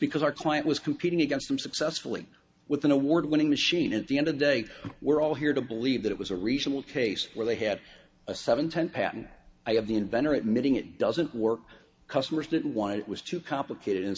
because our client was competing against them successfully with an award winning machine at the end of day we're all here to believe that it was a reasonable case where they had a seven ten patent i have the inventor admitting it doesn't work customers didn't want it was too complicated